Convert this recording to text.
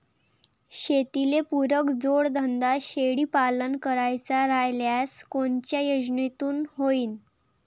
शेतीले पुरक जोडधंदा शेळीपालन करायचा राह्यल्यास कोनच्या योजनेतून होईन?